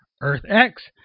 Earth-X